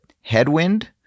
headwind